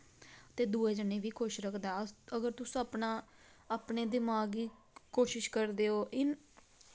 ते दुए जने वी खुश रक्खदा ऐ अगर तुस अपना अपने दिमाग गी कोशिश करदे ओ इन